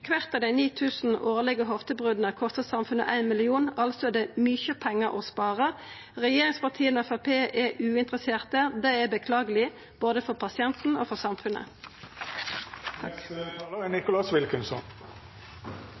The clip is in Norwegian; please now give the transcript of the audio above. Kvart av dei 9 000 årlege hoftebrota kostar samfunnet 1 mill. kr. Det er altså mykje pengar å spara. Regjeringspartia og Framstegspartiet er uinteresserte. Det er beklageleg både for pasienten og for samfunnet.